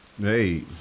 Hey